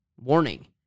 Warning